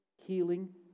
healing